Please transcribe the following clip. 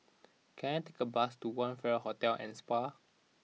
can I take a bus to One Farrer Hotel and Spa